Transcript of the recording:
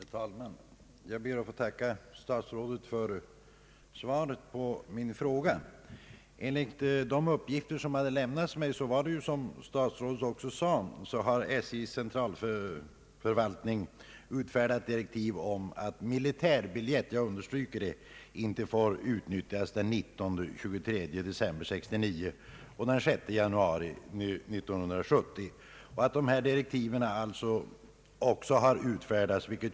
Herr talman! Jag ber att få tacka herr statsrådet för svaret på min fråga. Enligt de uppgifter som lämnats mig har SJ:s centralförvaltning, som herr statsrådet också anförde, utfärdat direktiv om att militärbiljett — jag understryker detta — inte får utnyttjas någon av dagarna den 19 och 23 december 1969 och den 6 januari 1970.